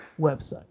website